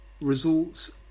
results